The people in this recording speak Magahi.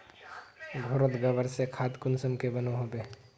घोरोत गबर से खाद कुंसम के बनो होबे?